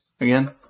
again